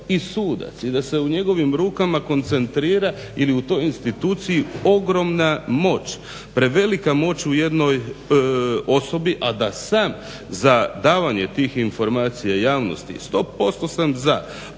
i sudac i da se u njegovim rukama koncentrira ili u toj instituciji ogromna moć, prevelika moć u jednoj osobi. A da sam za davanje tih informacija javnosti 100% sam za,